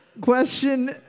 Question